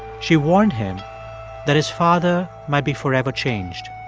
she warned him that his father might be forever changed